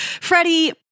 Freddie